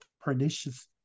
pernicious